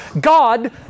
God